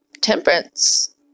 Temperance